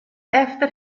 efter